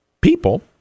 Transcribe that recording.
people